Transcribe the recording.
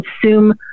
consume